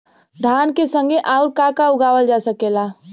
धान के संगे आऊर का का उगावल जा सकेला?